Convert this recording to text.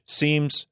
seems